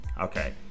Okay